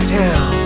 town